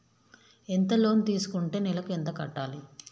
ఎంత లోన్ తీసుకుంటే నెలకు ఎంత కట్టాలి?